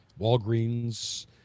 Walgreens